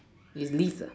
in lease